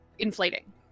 Inflating